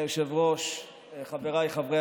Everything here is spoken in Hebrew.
חצופים.